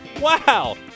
wow